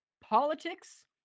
politics